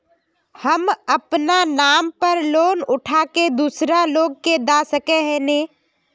हम अपना नाम पर लोन उठा के दूसरा लोग के दा सके है ने